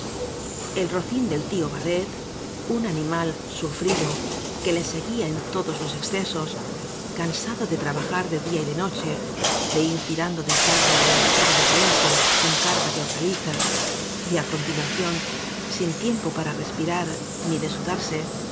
el rocín del tío bai'ret un animal sufrido que le seguía en todos los excesos cansado de trabajar de día y de noche de ir tirando del carro al mercado de valencia con carga de hortalizas y á continuación sin tiem po para respirar ni desudarse ser